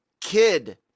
kid